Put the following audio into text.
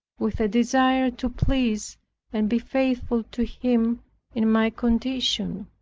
with a desire to please and be faithful to him in my condition.